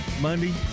Monday